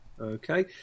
Okay